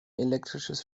elektrisches